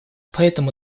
поэтому